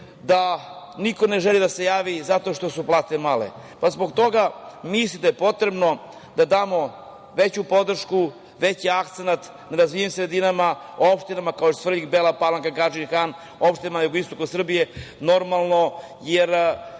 da niko ne želi da se javi zato što su plate male. Zbog toga, mislim da je potrebno da damo veću podršku, veći akcenat na nerazvijenim sredinama, opštinama kao što je Svrljig, Bela Palanka, Gadžin Han, opštinama na jugoistoku Srbije, jer